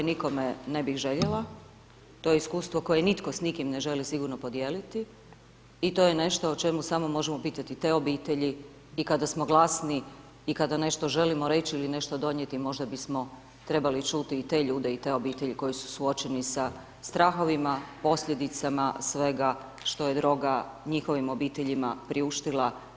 To je iskustvo koje nikome ne bih željela, to je iskustvo koje nitko s nikim sigurno ne želi sigurno podijeliti i to je nešto o čemu samo možemo pitati te obitelji i kada smo glasni kada nešto želimo reći ili nešto donijeti, možda bismo trebali čuti i te ljude i te obitelji koje su suočeni sa strahovima, posljedicama svega što je droga njihovim obiteljima priuštila.